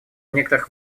некоторых